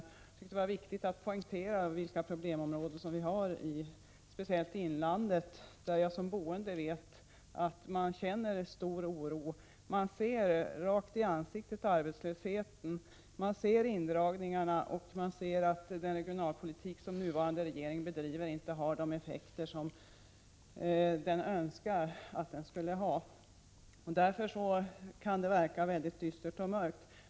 Jag tyckte att det var viktigt att poängtera vilka problemområden som vi har i framför allt inlandet, där jag som boende vet att man känner stor oro. Man ser arbetslösheten rakt i ansiktet, man ser indragningarna och man ser att den regionalpolitik som den nuvarande regeringen bedriver inte har de effekter som den önskar att politiken skulle ha. Därför kan det verka väldigt dystert och mörkt.